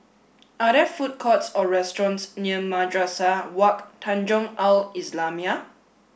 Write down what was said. are there food courts or restaurants near Madrasah Wak Tanjong Al islamiah